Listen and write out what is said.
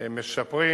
משפרים